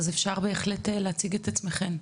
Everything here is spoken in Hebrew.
אז אפשר בהחלט להציג את עצמכן.